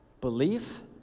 Belief